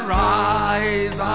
rise